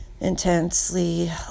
intensely